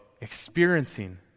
experiencing